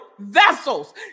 vessels